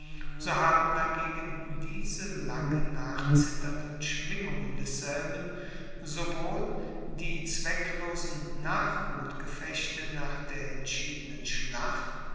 so haben dagegen diese lange nachzitternden schwingungen desselben sowohl die zwecklosen nachhutgefechte nach der entschiedenen schlacht